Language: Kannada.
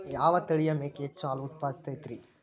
ಯಾವ ತಳಿಯ ಮೇಕೆ ಹೆಚ್ಚು ಹಾಲು ಉತ್ಪಾದಿಸತೈತ್ರಿ?